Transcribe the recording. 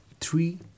three